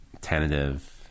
tentative